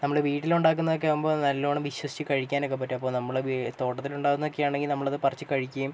നമ്മൾ വീട്ടിലുണ്ടാക്കുന്നത് ഒക്കെ ആവുമ്പോൾ നല്ലോണം വിശ്വസിച്ച് കഴിക്കാനൊക്കെ പറ്റും അപ്പോൾ നമ്മൾ തോട്ടത്തിലുണ്ടാവുന്നതൊക്കെയാണെങ്കിൽ നമ്മളതൊക്കെ പറിച്ച് കഴിക്കേം